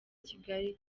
kigali